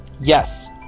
Yes